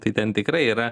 tai ten tikrai yra